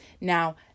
Now